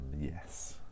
yes